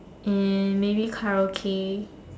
and maybe Karaoke